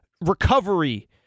recovery